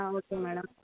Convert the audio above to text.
okay madam